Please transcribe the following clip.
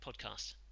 Podcast